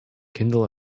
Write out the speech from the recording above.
kindle